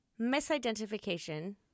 misidentification